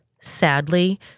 Sadly